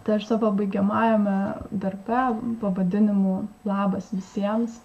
tai aš savo baigiamajame darbe pavadinimu labas visiems